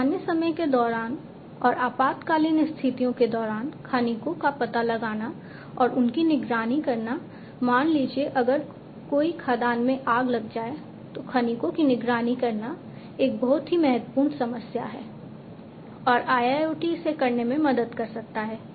सामान्य समय के दौरान और आपातकालीन स्थितियों के दौरान खनिकों का पता लगाना और उनकी निगरानी करना मान लीजिए अगर कोई खदान में आग लग जाए तो खनिकों की निगरानी करना एक बहुत ही महत्वपूर्ण समस्या है और IIoT इसे करने में मदद कर सकता है